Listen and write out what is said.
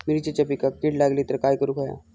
मिरचीच्या पिकांक कीड लागली तर काय करुक होया?